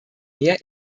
mehr